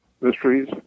mysteries